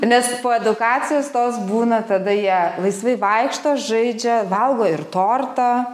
nes po edukacijos tos būna tada jie laisvai vaikšto žaidžia valgo ir tortą